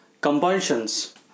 compulsions